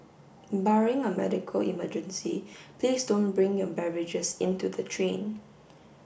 barring a medical emergency please don't bring your beverages into the train